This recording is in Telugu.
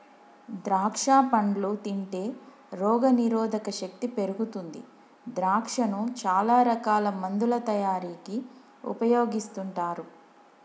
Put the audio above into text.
ద్రాక్షా పండ్లు తింటే రోగ నిరోధక శక్తి పెరుగుతుంది ద్రాక్షను చాల రకాల మందుల తయారీకి ఉపయోగిస్తుంటారు